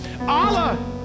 Allah